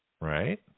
Right